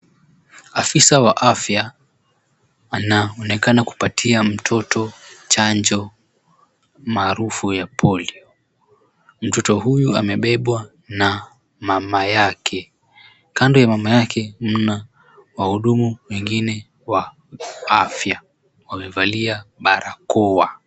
Afisa wa afya, anaonekana kupatia mtoto chanjo maarufu ya polio. Mtoto huyu amebebwa na mama yake. Kando ya mama yake mna wahudumu wengine wa afya wamevalia barakoa.